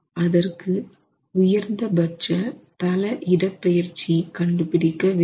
அதற்கு உயர்ந்தபட்ச தள இடப்பெயர்ச்சி கண்டு பிடிக்க வேண்டும்